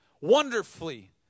Wonderfully